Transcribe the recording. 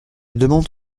demande